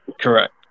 correct